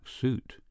suit